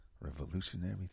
Revolutionary